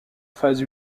phase